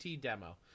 demo